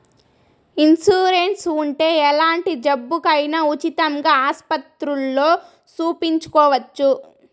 insurance ఉంటే ఎలాంటి జబ్బుకైనా ఉచితంగా ఆస్పత్రుల్లో సూపించుకోవచ్చు